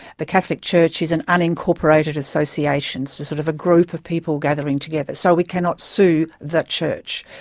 the catholic church is an unincorporated association, so sort of a group of people gathering together. so we cannot sue the church.